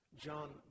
John